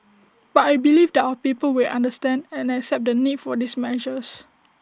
but I believe that our people will understand and accept the need for these measures